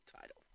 title